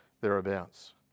thereabouts